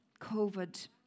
COVID